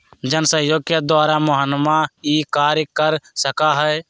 जनसहयोग के द्वारा मोहनवा ई कार्य कर सका हई